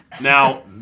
Now